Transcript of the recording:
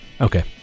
Okay